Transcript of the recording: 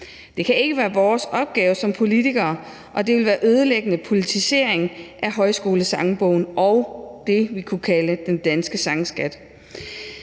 Det kan ikke være vores opgave som politikere, og det vil være en ødelæggende politisering af Højskolesangbogen og det, vi kunne kalde den danske sangskat.